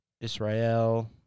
Israel